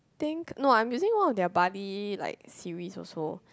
think no I'm using one of their buddy like series also